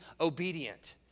obedient